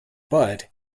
but